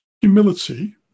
humility